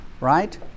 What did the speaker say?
right